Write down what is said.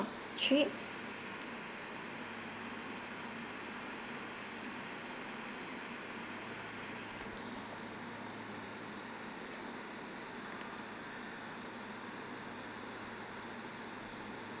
trip